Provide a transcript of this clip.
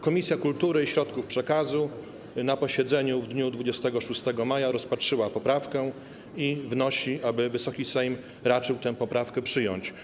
Komisja Kultury i Środków Przekazu na posiedzeniu w dniu 26 maja rozpatrzyła poprawkę i wnosi, aby Wysoki Sejm raczył tę poprawkę przyjąć.